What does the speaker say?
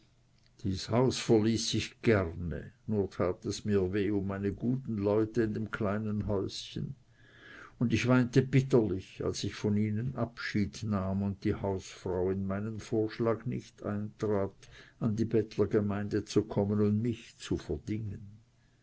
dies haus verließ ich gerne nur tat es mir weh um meine guten leute in dem kleinen häuschen ich weinte bitterlich als ich von ihnen abschied nahm und die hausfrau in meinen vorschlag nicht eintrat an die bettlergemeinde zu kommen und mich zu verdingen